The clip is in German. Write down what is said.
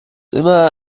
immer